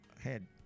head